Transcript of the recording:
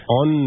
on